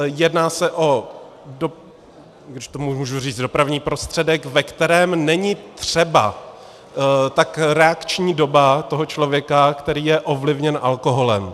Jedná se, když tomu můžu říct, o dopravní prostředek, ve kterém není třeba tak reakční doba toho člověka, který je ovlivněn alkoholem.